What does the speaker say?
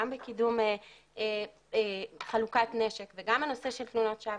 בקידום חלוקת נשק וגם הנושא של תלונות שווא,